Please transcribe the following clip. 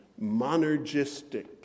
monergistic